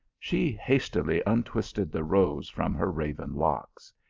she hastily untwisted the rose from her raven locks.